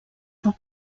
sont